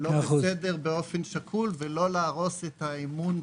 שלא בסדר באופן שקול ולא להרוס את האמון.